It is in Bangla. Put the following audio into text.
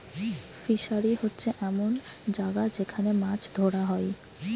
ফিসারী হোচ্ছে এমন জাগা যেখান মাছ ধোরা হয়